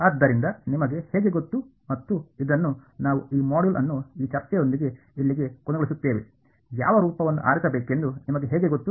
ಆದ್ದರಿಂದ ನಿಮಗೆ ಹೇಗೆ ಗೊತ್ತು ಮತ್ತು ಇದನ್ನು ನಾವು ಈ ಮಾಡ್ಯೂಲ್ ಅನ್ನು ಈ ಚರ್ಚೆಯೊಂದಿಗೆ ಇಲ್ಲಿಗೆ ಕೊನೆಗೊಳಿಸುತ್ತೇವೆ ಯಾವ ರೂಪವನ್ನು ಆರಿಸಬೇಕೆಂದು ನಿಮಗೆ ಹೇಗೆ ಗೊತ್ತು